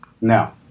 Now